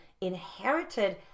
inherited